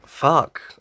fuck